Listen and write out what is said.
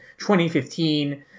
2015